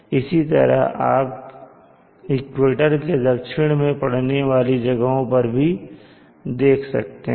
इसी तरह आप इक्वेटर के दक्षिण में पढ़ने वाली जगहों पर भी देख सकते हैं